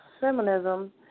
feminism